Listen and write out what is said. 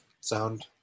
sound